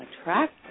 attract